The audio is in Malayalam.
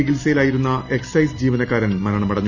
ചികിത്സയിലായിരുന്ന എക്സൈസ് ജീവനക്കാരൻ മരണമടഞ്ഞു